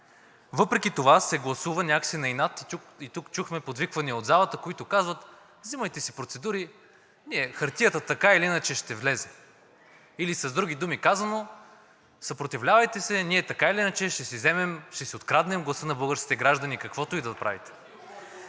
Въпреки това се гласува някак си на инат. Тук чухме подвиквания от залата, които казват: взимайте си процедури, хартията така или иначе ще влезе. Или с други думи казано: съпротивлявайте се, ние така или иначе ще вземем, ще си откраднем гласа на българските граждани, каквото и да правите.